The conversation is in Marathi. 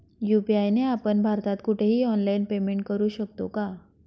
यू.पी.आय ने आपण भारतात कुठेही ऑनलाईन पेमेंट करु शकतो का?